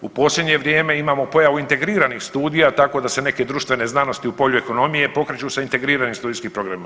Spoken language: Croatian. U posljednje vrijeme imamo pojavu integriranih studija tako da se neke društvene znanosti u polju ekonomije pokreću sa integriranim studijskim programima.